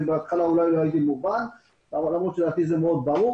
בהתחלה ואולי לא הייתי מובן למרות שלדעתי זה מאוד ברור